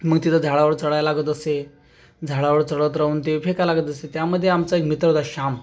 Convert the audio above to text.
मग तिथं झाडावर चढावं लागत असे झाडावर चढत राहून ते फेकावं लागत असे त्यामध्ये आमचा एक मित्र होता श्याम